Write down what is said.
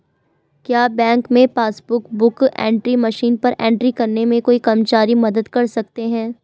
क्या बैंक में passbook book entry machine पर एंट्री करने में कोई कर्मचारी मदद कर सकते हैं?